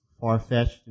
far-fetched